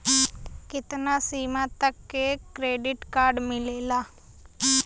कितना सीमा तक के क्रेडिट कार्ड मिलेला?